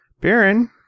Baron